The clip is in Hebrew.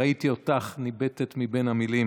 ראיתי אותך ניבטת מבין המילים: